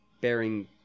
Bearing